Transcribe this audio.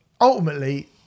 ultimately